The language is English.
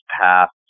past